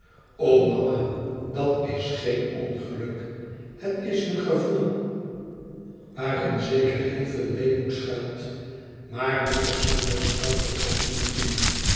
mama dat is geen ongeluk het is een gevoel waarin zeker heel veel weemoed schuilt maar meer sombers schuilt er ook niet in